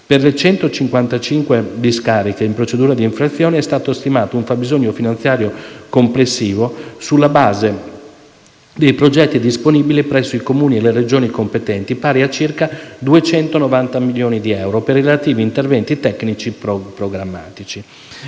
Per le 155 discariche in procedura di infrazione è stato stimato un fabbisogno finanziario complessivo, sulla base dei progetti disponibili presso i Comuni e le Regioni competenti, pari a circa 290 milioni di euro per i relativi interventi tecnici programmati.